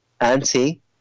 Anti